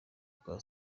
ubwa